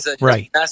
right